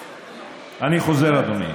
אני חוזר, אדוני.